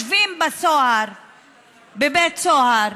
שבאים ותוקפים